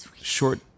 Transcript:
short